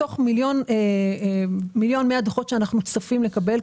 מתוך מיליון ו-100 אלף דוחות שאנחנו צפויים לקבל,